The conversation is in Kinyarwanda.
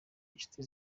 inshuti